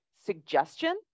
suggestion